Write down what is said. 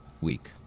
week